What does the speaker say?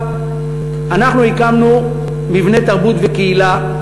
אנחנו הקמנו מבני תרבות וקהילה,